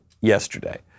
yesterday